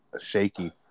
shaky